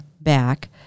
back